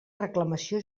reclamació